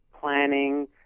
planning